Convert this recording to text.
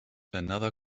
another